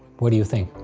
what do you think?